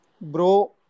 Bro